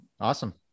awesome